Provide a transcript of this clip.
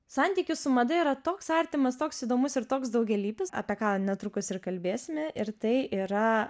santykis su mada yra toks artimas toks įdomus ir toks daugialypis apie ką netrukus ir kalbėsime ir tai yra